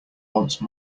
once